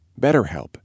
BetterHelp